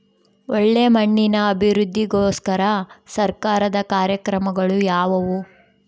ಒಳ್ಳೆ ಮಣ್ಣಿನ ಅಭಿವೃದ್ಧಿಗೋಸ್ಕರ ಸರ್ಕಾರದ ಕಾರ್ಯಕ್ರಮಗಳು ಯಾವುವು?